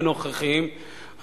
הנוכחיים,